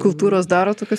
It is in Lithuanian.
kultūros daro tokius